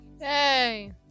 Hey